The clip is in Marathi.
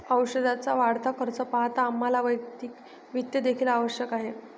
औषधाचा वाढता खर्च पाहता आम्हाला वैयक्तिक वित्त देखील आवश्यक आहे